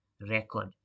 record